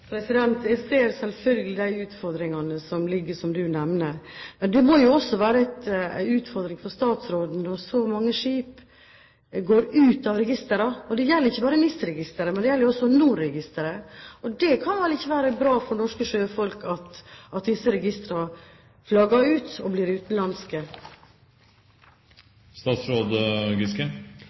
løsninger. Jeg ser selvfølgelig de utfordringene som du nevner, men det må jo også være en utfordring for statsråden når så mange skip går ut av registrene – det gjelder ikke bare NIS-registeret, men også NOR-registeret. Det kan vel ikke være bra for norske sjøfolk at disse skipene flagger ut? Vi ønsker jo å ha flest mulig skip under norsk flagg, og